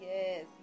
Yes